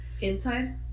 Inside